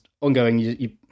ongoing